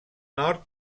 nord